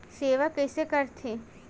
सेवा कइसे करथे?